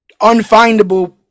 unfindable